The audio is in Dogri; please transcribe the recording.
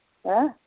हैं